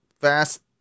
fast